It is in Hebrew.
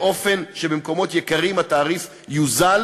באופן שבמקומות יקרים התעריף יוזל